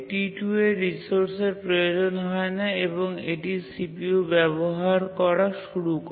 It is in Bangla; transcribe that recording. T2 এর রিসোর্সের প্রয়োজন হয় না এবং এটি CPU ব্যবহার করা শুরু করে